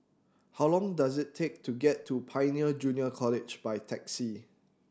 how long does it take to get to Pioneer Junior College by taxi